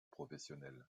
professionnelle